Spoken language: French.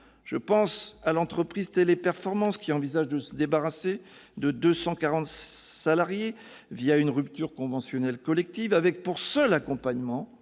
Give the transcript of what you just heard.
Je pense ainsi à l'entreprise Téléperformance, qui envisage de se débarrasser de 240 salariés une rupture conventionnelle collective avec, pour seul accompagnement,